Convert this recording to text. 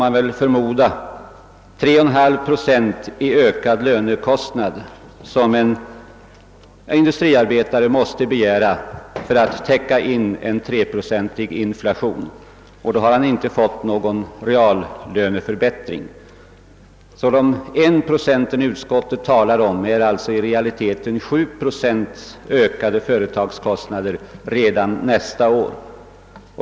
Man får väl förmoda att till detta kommer 3,5 procent i ökad lönekostnad, som en industriarbetare måste begära för att täcka in en 3-procentig inflation. Då har han ändå inte fått någon reallöneförbättring. I realiteten är det alltså inte fråga om en ökning med 1 procent, såsom utskottet anger, utan med 7 procent av företagskostnaderna redan nästa år.